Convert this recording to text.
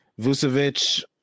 vucevic